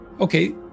Okay